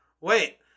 wait